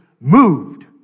moved